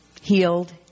healed